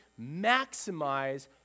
maximize